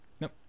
nope